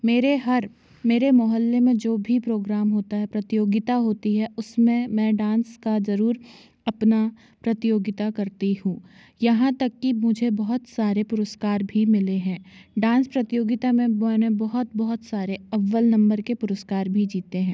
मेरे हर मेरे मोहल्ले में जो भी प्रोग्राम होता है प्रतियोगिता होती है उस में मैं डांस का ज़रूर अपनी प्रतियोगिता करती हूँ यहाँ तक कि मुझे बहुत सारे पुरस्कार भी मिले हैं डांस प्रतियोगिता में मैंने बहुत बहुत सारे अव्वल नंबर के पुरस्कार भी जीते हैं